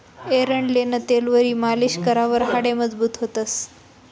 एरंडेलनं तेलवरी मालीश करावर हाडे मजबूत व्हतंस